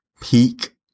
peak